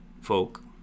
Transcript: folk